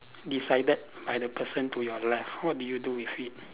decided by the person to your left what do you do with it